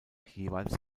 jeweils